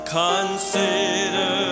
consider